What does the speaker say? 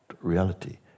reality